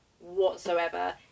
whatsoever